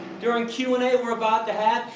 during q and a we are about to have,